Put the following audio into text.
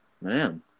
Man